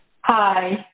Hi